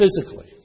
Physically